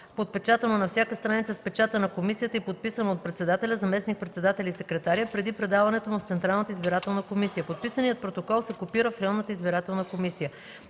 подпечатано на всяка страница с печата на комисията и подписано от председателя, заместник-председателя и секретаря, преди предаването му в Централната избирателна комисия. Подписаният протокол се копира в районната избирателна комисия.